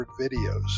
videos